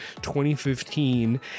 2015